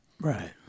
Right